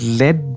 led